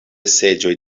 seĝoj